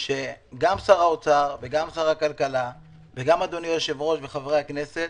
שגם שר האוצר וגם שר הכלכלה וגם אדוני היושב-ראש וחברי הכנסת